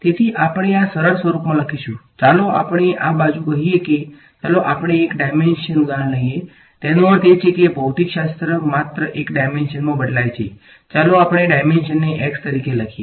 તેથી આપણે આ સરળ સ્વરૂપમાં લખીશું ચાલો આપણે આ બાજુ કહીએ કે ચાલો આપણે એક ડાયમેન્શન ઉદાહરણ લઈએ તેનો અર્થ એ કે ભૌતિકશાસ્ત્ર માત્ર એક ડાયમેન્શન માં બદલાય છે ચાલો આપણે ડાયમેન્શનને x તરીકે લઈએ